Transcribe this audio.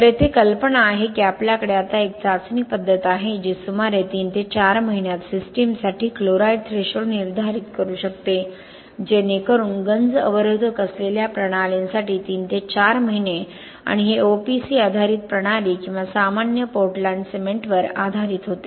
तर येथे कल्पना आहे की आपल्याकडे आता एक चाचणी पद्धत आहे जी सुमारे 3 ते 4 महिन्यांत सिस्टमसाठी क्लोराईड थ्रेशोल्ड निर्धारित करू शकते जेणेकरून गंज अवरोधक असलेल्या प्रणालींसाठी 3 ते 4 महिने आणि हे ओपीसी आधारित प्रणाली किंवा सामान्य पोर्टलँड सिमेंटवर आधारित होते